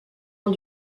ont